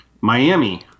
Miami